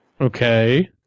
Okay